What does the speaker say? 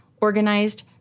Organized